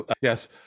yes